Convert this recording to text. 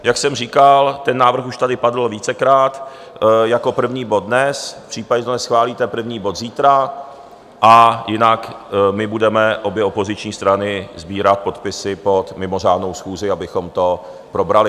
Jak jsem říkal, ten návrh už tady padl vícekrát, jako první bod dnes, případně když to neschválíte, první bod zítra, a jinak my budeme, obě opoziční strany, sbírat podpisy pod mimořádnou schůzi, abychom to probrali.